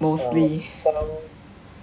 mostly